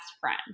friend